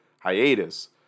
hiatus